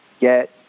get